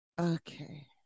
okay